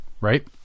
right